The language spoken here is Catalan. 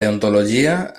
deontologia